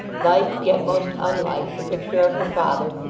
like, yet most unlike, the picture of her father,